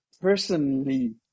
Personally